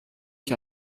ich